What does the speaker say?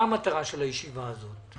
מה המטרה של הישיבה הזאת?